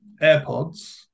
AirPods